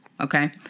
Okay